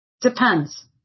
Depends